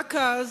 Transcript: רק אז,